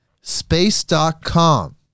Space.com